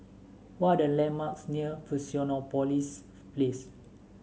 what are the landmarks near Fusionopolis Place